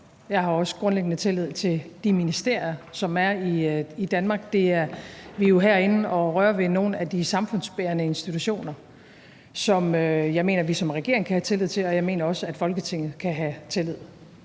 jeg har også grundlæggende tillid til de ministerier, som er i Danmark. Vi er jo her inde at røre vi nogle af de samfundsbærende institutioner, som jeg mener at vi som regering kan have tillid til, og som jeg også mener at Folketinget kan have tillid